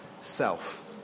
self